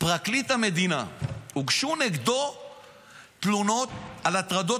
הוגשו נגד פרקליט המדינה תלונות על הטרדות